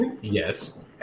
Yes